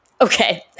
Okay